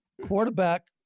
quarterback